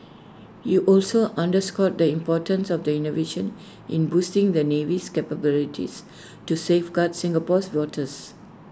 he also underscored the importance of the innovation in boosting the navy's capabilities to safeguard Singapore's waters